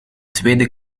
tweede